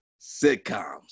sitcoms